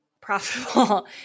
profitable